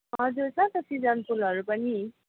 हजुर छ त सिजन फुलहरू पनि